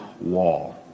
Wall